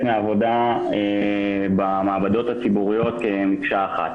מהעבודה במעבדות הציבוריות כמקשה אחת.